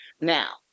Now